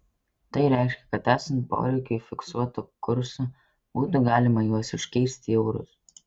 tai reiškia kad esant poreikiui fiksuotu kursu būtų galima juos iškeisti į eurus